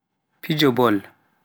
fijo Bol